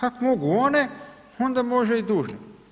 Ako mogu one, onda može i dužnik.